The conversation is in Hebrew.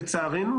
לצערנו,